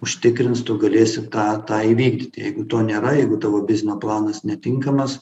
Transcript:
užtikrins tu galėsi tą tą įvykdyti jeigu to nėra jeigu tavo biznio planas netinkamas